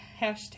Hashtag